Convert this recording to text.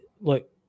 look